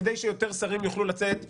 כדי שיותר שרים יוכלו "לצאת לנופש",